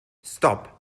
stop